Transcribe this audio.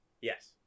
Yes